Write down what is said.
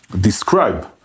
describe